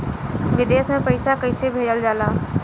विदेश में पैसा कैसे भेजल जाला?